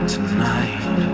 Tonight